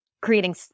creating